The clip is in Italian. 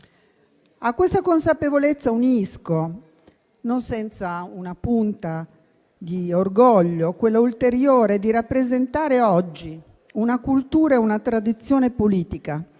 A questa consapevolezza unisco - non senza una punta di orgoglio - quella ulteriore di rappresentare oggi una cultura e una tradizione politica